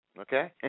okay